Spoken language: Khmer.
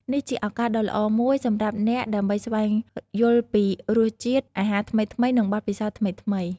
នេះជាឱកាសដ៏ល្អមួយសម្រាប់អ្នកដើម្បីស្វែងយល់ពីរសជាតិអាហារថ្មីៗនិងបទពិសោធន៍ថ្មីៗ។